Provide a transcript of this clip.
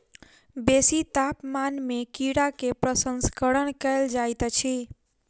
बेसी तापमान में कीड़ा के प्रसंस्करण कयल जाइत अछि